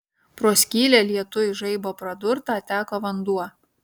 pro skylę lietuj žaibo pradurtą teka vanduo